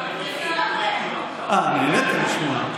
--- אה, נהנית לשמוע?